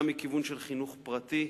גם מכיוון של חינוך פרטי.